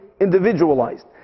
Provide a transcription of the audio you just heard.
individualized